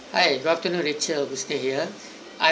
hi good afternoon rachel husni here I~